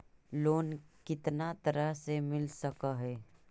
Loan कितना तरह से मिल सक है?